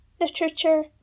Literature